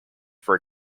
for